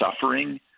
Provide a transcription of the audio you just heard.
suffering